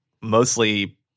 mostly